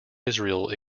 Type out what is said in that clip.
israel